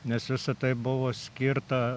nes visa tai buvo skirta